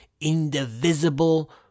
indivisible